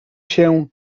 się